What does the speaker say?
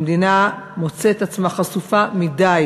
המדינה מוצאת את עצמה חשופה מדי